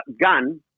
gun